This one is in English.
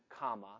comma